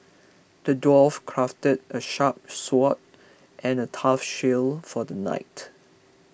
the dwarf crafted a sharp sword and a tough shield for the knight